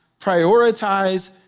prioritize